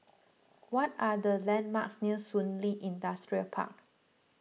what are the landmarks near Shun Li Industrial Park